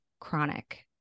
chronic